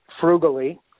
frugally